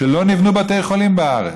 שלא נבנו בתי חולים בארץ,